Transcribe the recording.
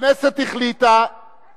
אני קובע שמליאת הכנסת אימצה את החלטת ועדת